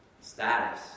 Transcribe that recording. status